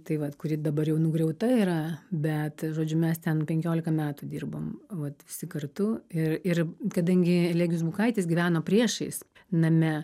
tai vat kuri dabar jau nugriauta yra bet žodžiu mes ten penkiolika metų dirbom vat visi kartu ir ir kadangi elegijus bukaitis gyveno priešais name